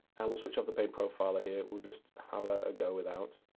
and we'll swtich off the paint profiler here. we'll just have a go without.